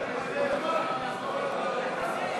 בעמוד 969,